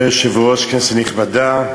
אדוני היושב-ראש, כנסת נכבדה,